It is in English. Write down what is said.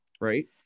right